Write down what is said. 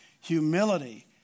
Humility